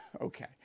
Okay